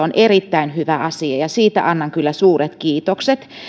on erittäin hyvä asia ja siitä annan kyllä suuret kiitokset